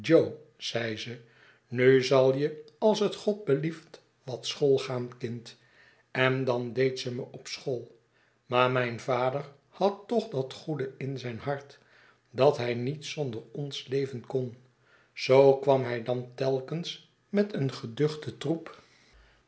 zei ze nu zal je als het god belieft watschoolgaan kind en dan deed ze me op school maar mijn vader had toch dat goede in zijn hart dat hij niet zonder ons leven kon zoo kwam hij dan telkens met een geduchten troep